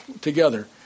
together